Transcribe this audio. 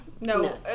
No